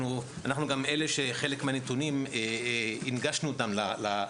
אנחנו גם אלה שחלק מהנתונים הנגשנו אותם לדוח,